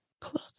close